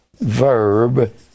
verb